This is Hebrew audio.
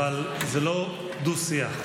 אבל זה לא דו-שיח.